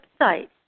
website